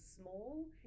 small